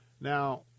Now